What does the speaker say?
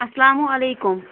اَسلامُ علیکُم